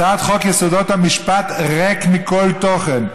הצעת חוק יסודות המשפט ריקה מכל תוכן.